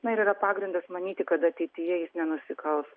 na ir yra pagrindas manyti kad ateityje jis nenusikals